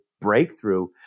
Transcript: Breakthrough